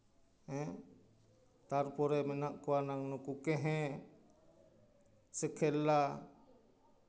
ᱛᱟᱨᱯᱚᱨᱮ ᱢᱮᱱᱟᱜ ᱠᱚᱣᱟ ᱱᱟᱝ ᱱᱩᱠᱩ ᱠᱮᱦᱮᱸ ᱥᱮ ᱠᱮᱞᱞᱟ